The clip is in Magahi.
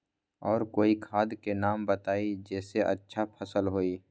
और कोइ खाद के नाम बताई जेसे अच्छा फसल होई?